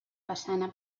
façana